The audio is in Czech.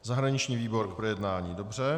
Zahraniční výbor k projednání, dobře.